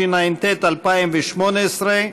התשע"ט 2018,